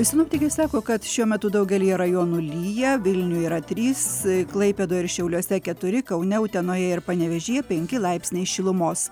sinoptikai sako kad šiuo metu daugelyje rajonų lyja vilniuj yra trys klaipėdoje ir šiauliuose keturi kaune utenoje ir panevėžyje penki laipsniai šilumos